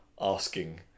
asking